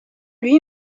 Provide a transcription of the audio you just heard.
lui